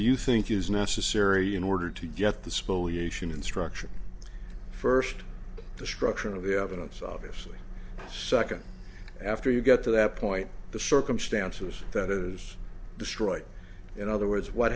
you think is necessary in order to get the spoliation instruction first destruction of evidence obviously second after you get to that point the circumstances that is destroyed in other words what